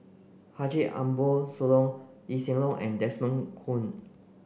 Haji Ambo Sooloh Lee Hsien Loong and Desmond Kon